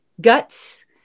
guts